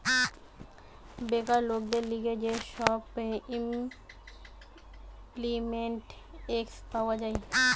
বেকার লোকদের লিগে যে সব ইমল্পিমেন্ট এক্ট পাওয়া যায়